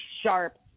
sharp